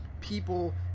people